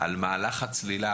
על מהלך הצלילה,